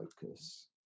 focus